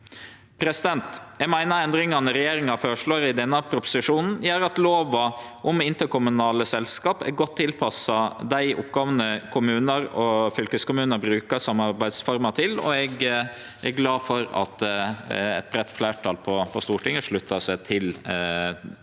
Eg meiner endringane regjeringa føreslår i denne proposisjonen, gjer at lova om interkommunale selskap er godt tilpassa dei oppgåvene kommunar og fylkeskommunar brukar samarbeidsforma til, og eg er glad for at eit breitt fleirtal på Stortinget sluttar seg til det